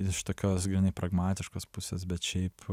iš tokios grynai pragmatiškos pusės bet šiaip